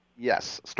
Yes